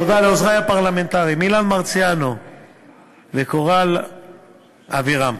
תודה לעוזרי הפרלמנטריים אילן מרסיאנו וקורל אבירם.